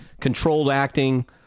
controlled-acting